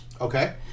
Okay